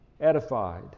edified